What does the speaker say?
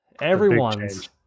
everyone's